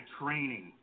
training